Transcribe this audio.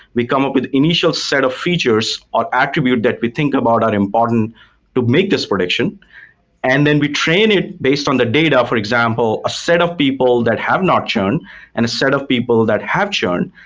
we come up with initial set of features, or attribute that, we think about are important to make this prediction and then we train it based on the data. for example, a set of people that have not churned and a set of people that have churned,